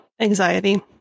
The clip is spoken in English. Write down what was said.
anxiety